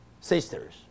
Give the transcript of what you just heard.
sisters